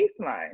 baseline